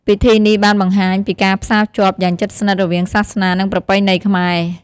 ពិធីនេះបានបង្ហាញពីការផ្សារភ្ជាប់យ៉ាងជិតស្និទ្ធរវាងសាសនា និងប្រពៃណីខ្មែរ។